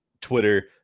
twitter